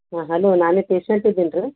ಹಾಂ ಹಲೋ ನಾನೆ ಪೇಶೆಂಟ್ ಇದ್ದೀನಿ ರೀ